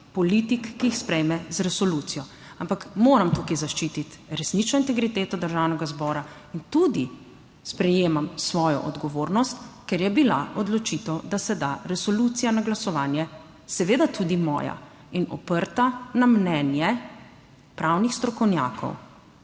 politik, ki jih sprejme z resolucijo. Ampak moram tukaj zaščititi resnično integriteto Državnega zbora in tudi sprejemam svojo odgovornost, ker je bila odločitev, da se da resolucija na glasovanje seveda tudi moja in oprta na mnenje pravnih strokovnjakov,